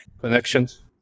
connections